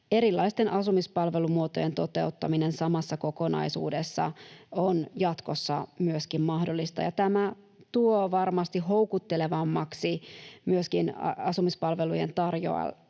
Erilaisten asumispalvelumuotojen toteuttaminen samassa kokonaisuudessa on jatkossa myöskin mahdollista, ja tämä tuo varmasti houkuttelevammaksi myöskin asumispalvelujen tarjoajille